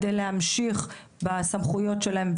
על מנת להמשיך בסמכויות שלהם.